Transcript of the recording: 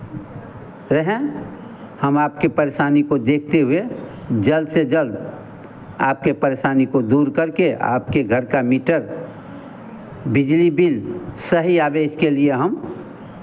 रहें हम आपकी परेशानी को देखते हुए जल्द से जल्द आपके परेशानी को दूर करके आपके घर का मीटर बिजली बिल सही आवे इसके लिए हम